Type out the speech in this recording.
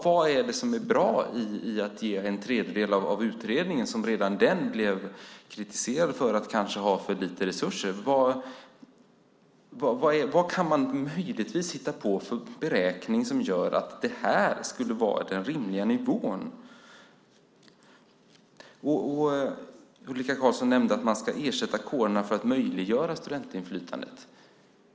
Vad är det som är bra i att ge en tredjedel av utredningens förslag, som redan det blev kritiserat för att det kanske var för lite resurser? Vad kan man möjligtvis hitta på för beräkning som gör att det här skulle vara den rimliga nivån? Ulrika Carlsson nämnde att man ska ersätta kårerna för att möjliggöra studentinflytandet.